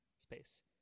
Space